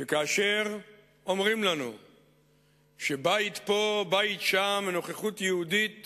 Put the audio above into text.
שכאשר אומרים לנו שבית פה בית שם בנוכחות יהודית